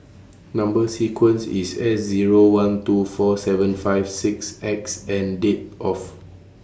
Number sequence IS S Zero one two four seven five six X and Date of